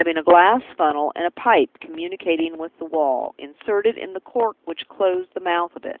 having a glass funnel, and a pipe communicating with the wall, inserted in the cork which closed the mouth of it.